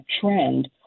trend